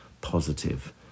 positive